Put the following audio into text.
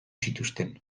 zituzten